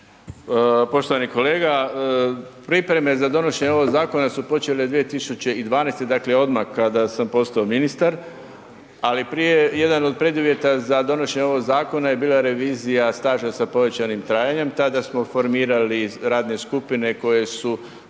Poštovani kolega, pripreme za donošenje ovog zakona su počele 2012., dakle odmah kada sam postao ministar, ali prije jedan od preduvjeta za donošenje ovog zakona je bila revizija staža sa povećanim trajanjem. Tada smo formirali radne skupine koje su